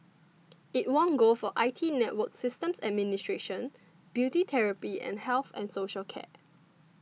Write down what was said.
it won gold for I T network systems administration beauty therapy and health and social care